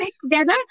together